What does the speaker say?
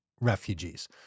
refugees